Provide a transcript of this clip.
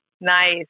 Nice